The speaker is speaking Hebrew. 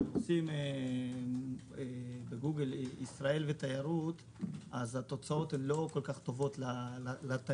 כשכותבים בגוגל "ישראל" ו"תיירות" אז התוצאות לא כל כך טובות לתיירות,